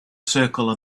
circle